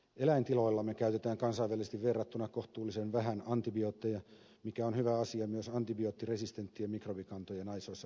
eläintiloillamme käytetään kansainvälisesti verrattuna kohtuullisen vähän antibiootteja mikä on hyvä asia myös antibioottiresistenttien mikrobikantojen aisoissa pidon kannalta